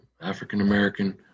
African-American